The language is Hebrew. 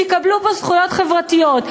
שיקבלו פה זכויות חברתיות,